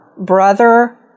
Brother